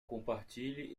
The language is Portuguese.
compartilhe